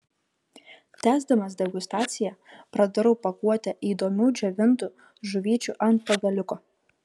tęsdamas degustaciją pradarau pakuotę įdomių džiovintų žuvyčių ant pagaliuko